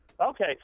Okay